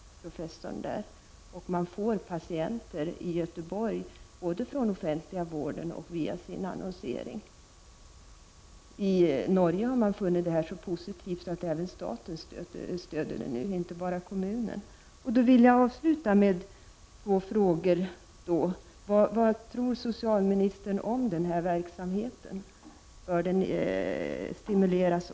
Patienterna som söker sig till detta projekt kommer både från den offentliga vården och via annonsering. I Norge har man funnit detta arbete så positivt att det nu även stöds av staten och inte bara av kommunen. Jag vill avsluta mitt anförande med ett par frågor: Vad tror socialministern om denna verksamhet? Bör den stimuleras?